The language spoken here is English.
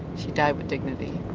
she died with dignity.